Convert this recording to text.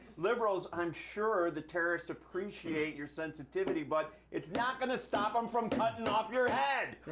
liberals, i'm sure the terrorists appreciate your sensitivity, but it's not going to stop them from cutting off your head!